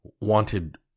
wanted